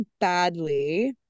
badly